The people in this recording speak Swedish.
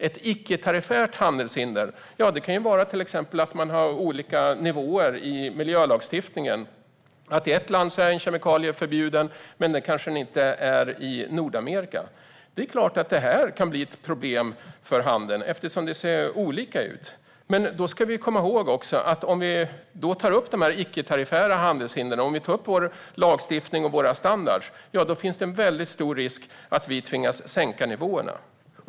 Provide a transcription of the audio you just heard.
Ett icke-tariffärt handelshinder kan till exempel vara att man har olika nivåer i miljölagstiftningen. I ett land är en kemikalie förbjuden, men den kanske inte är det i Nordamerika. Det är klart att det kan bli ett problem för handeln eftersom det ser olika ut. Men man ska också komma ihåg att om vi tar upp de icke-tariffära handelshindren, vår lagstiftning och våra standarder finns det stor risk för att vi tvingas sänka nivåerna.